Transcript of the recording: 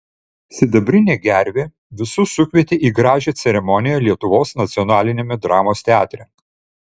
sidabrinė gervė visus sukvietė į gražią ceremoniją lietuvos nacionaliniame dramos teatre